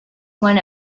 one